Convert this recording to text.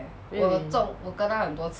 then 你